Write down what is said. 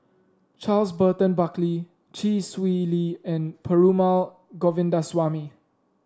Charles Burton Buckley Chee Swee Lee and Perumal Govindaswamy